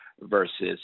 versus